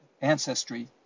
ancestry